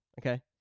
Okay